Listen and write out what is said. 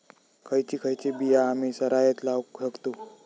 खयची खयची बिया आम्ही सरायत लावक शकतु?